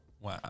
Wow